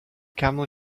camel